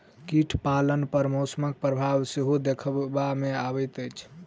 कीट पालन पर मौसमक प्रभाव सेहो देखबा मे अबैत अछि